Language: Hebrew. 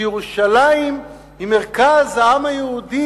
שירושלים היא מרכז העם היהודי,